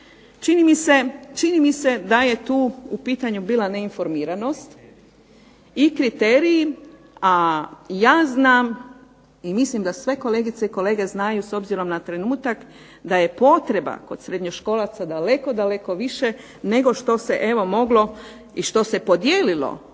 Čini mi se da je tu u pitanju bila neinformiranost i kriteriji, a ja znam i mislim da sve kolegice i kolege znaju s obzirom na trenutak da je potreba kod srednjoškolaca daleko, daleko više nego što se evo moglo i što se podijelilo